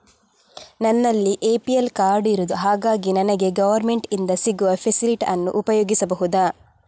ನನ್ನಲ್ಲಿ APL card ಇರುದು ಹಾಗಾಗಿ ನನಗೆ ಗವರ್ನಮೆಂಟ್ ಇಂದ ಸಿಗುವ ಫೆಸಿಲಿಟಿ ಅನ್ನು ಉಪಯೋಗಿಸಬಹುದಾ?